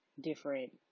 different